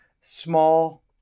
small